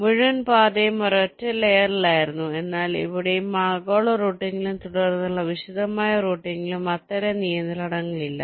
മുഴുവൻ പാതയും ഒരൊറ്റ ലയേറിൽ ആയിരുന്നു എന്നാൽ ഇവിടെ ആഗോള റൂട്ടിംഗിലും തുടർന്നുള്ള വിശദമായ റൂട്ടിംഗിലും അത്തരം നിയന്ത്രണങ്ങൾ ഇല്ല